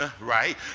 right